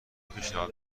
پیشنهاد